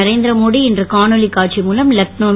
நரேந்திர மோடி இன்று காணொலி காட்சி மூலம் லக்னோவில்